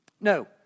No